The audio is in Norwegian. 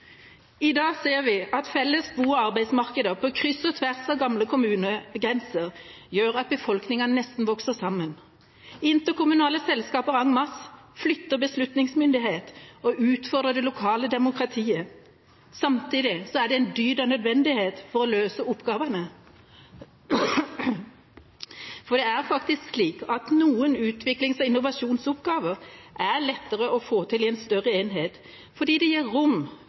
I dag ser vi at felles bo- og arbeidsmarkeder på kryss og tvers av gamle kommunegrenser gjør at befolkningene nesten vokser sammen. Interkommunale selskaper en masse flytter beslutningsmyndighet og utfordrer det lokale demokratiet. Samtidig er det en dyd av nødvendighet for å løse oppgavene, for det er faktisk slik at noen utviklings- og innovasjonsoppgaver er lettere å få til i en større enhet fordi det gir rom